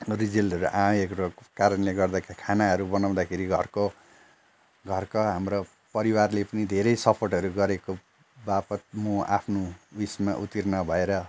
रिजल्टहरू आएको कारणले गर्दाखेरि खानाहरू बनाउँदाखेरि घरको घरका हाम्रा परिवारले पनि धेरै सपोर्टहरू गरेको बापत म आफ्नो यसमा उत्तीर्ण भएर